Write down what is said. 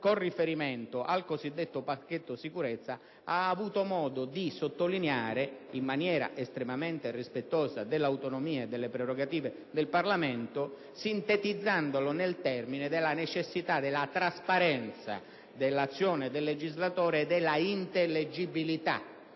con riferimento al cosiddetto pacchetto sicurezza) ha avuto modo di sottolineare, in maniera estremamente rispettosa dell'autonomia e delle prerogative del Parlamento, sintetizzandolo nella necessità della trasparenza dell'azione del legislatore, dell'intelligibilità